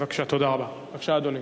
בבקשה, אדוני.